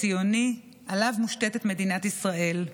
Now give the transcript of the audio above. הציוני שעליו מושתתת מדינת ישראל.